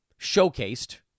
showcased